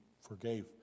forgave